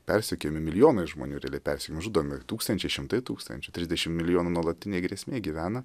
persekiojami milijonai žmonių realiai persekiojami žudomi tūkstančiai šimtai tūkstančių trisdešimt milijonų nuolatinė grėsmė gyvena